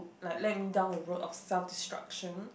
like led me down the road of self destruction